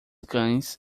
cães